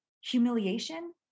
humiliation